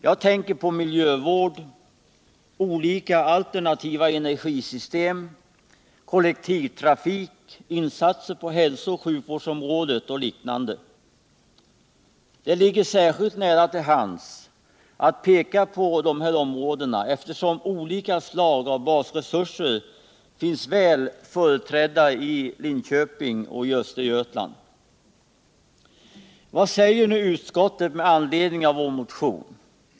Jag tänker på miljövården, olika alternativa energisystem, kollektivtrafiken, insatser på hälsooch sjukvårdsområdet och liknande. Det ligger särskilt nära till hands att peka på dessa områden, eftersom olika slag av basresurser finns väl företrädda i Linköping och i Östergötland. Vad säger nu näringsutskottet med anledning av vår motion?